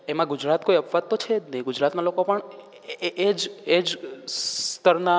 એમાં ગુજરાત કોઈ અપવાદ તો છે જ નહીં ગુજરાતના લોકો પણ એ એ એ જ સ્તરના